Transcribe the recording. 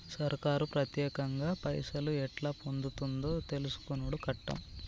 సర్కారు పత్యేకంగా పైసలు ఎట్లా పొందుతుందో తెలుసుకునుడు కట్టం